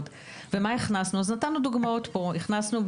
הבאנו דוגמאות של הדברים שהכנסנו.